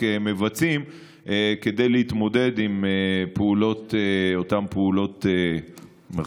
מבצעים כדי להתמודד עם אותן פעולות של,